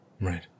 right